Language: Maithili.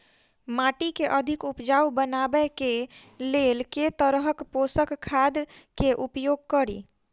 माटि केँ अधिक उपजाउ बनाबय केँ लेल केँ तरहक पोसक खाद केँ उपयोग करि?